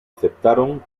aceptaron